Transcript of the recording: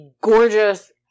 gorgeous